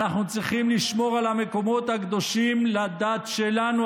אנחנו צריכים לשמור על המקומות הקדושים לדת שלנו,